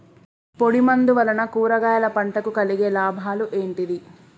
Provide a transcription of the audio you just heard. పొడిమందు వలన కూరగాయల పంటకు కలిగే లాభాలు ఏంటిది?